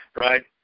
right